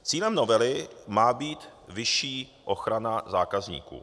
Cílem novely má být vyšší ochrana zákazníků.